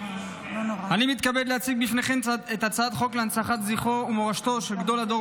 אני מתכבד להציג בפניכם את הצעת חוק להנצחת זכרו ומורשתו של גדול הדור,